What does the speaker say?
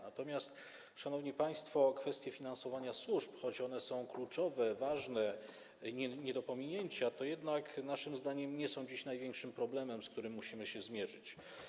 Natomiast, szanowni państwo, kwestie finansowania służb, choć są one kluczowe, ważne i nie do pominięcia, to jednak, naszym zdaniem, nie są dziś największym problemem, z którym musimy się zmierzyć.